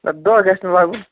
دۄہ گَژِھنہٕ لَگُن